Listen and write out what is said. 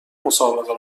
مسابقه